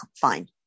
fine